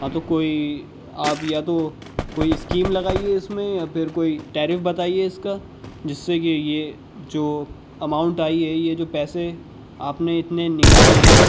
ہاں تو کوئی آپ یا تو کوئی اسکیم لغائیے اس میں یا پھر کوئی ٹیرف بتائیے اس کا جس سے کہ یہ جو اماؤنٹ آئی ہے یہ جو پیسے آپ نے اتنے نکالیں